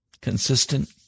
consistent